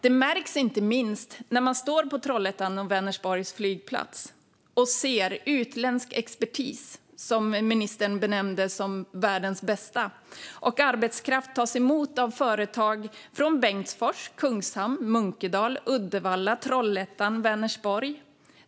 Det märks inte minst när man står på Trollhättan-Vänersborgs flygplats och ser utländsk expertis - som ministern benämnde som världens bästa - och arbetskraft tas emot av företag från Bengtsfors, Kungshamn, Munkedal, Uddevalla, Trollhättan och Vänersborg.